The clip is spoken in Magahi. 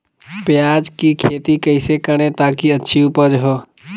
प्याज की खेती कैसे करें ताकि अच्छी उपज हो?